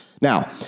Now